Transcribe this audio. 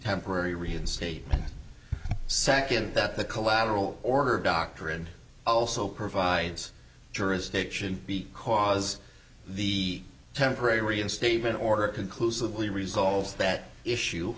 temporary reinstatement second that the collateral order doctorin also provides jurisdiction because the temporary reinstatement order conclusively resolves that issue